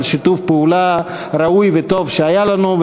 על שיתוף פעולה ראוי וטוב שהיה לנו.